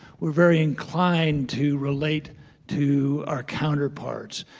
we're very inclined to relate to our counterparts,